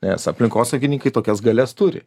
nes aplinkosaugininkai tokias galias turi